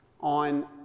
on